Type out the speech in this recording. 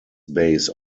base